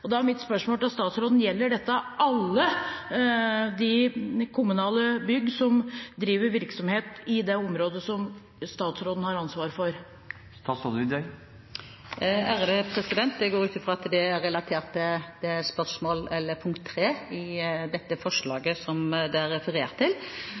privat.» Da er mitt spørsmål til statsråden: Gjelder dette alle de kommunale byggene som driver virksomhet i det området som statsråden har ansvaret for? Jeg går ut ifra at det er relatert til punkt nr. 3 i dette forslaget, som man har referert til.